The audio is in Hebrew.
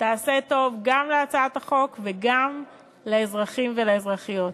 תעשה טוב גם להצעת החוק וגם לאזרחים ולאזרחיות.